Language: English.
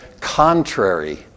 contrary